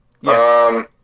Yes